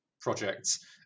projects